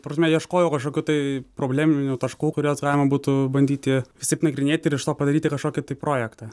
ta prasme ieškojau kažkokių tai probleminių taškų kuriuos galima būtų bandyti visaip nagrinėti ir iš to padaryti kažkokį tai projektą